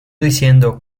diciendo